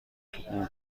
اون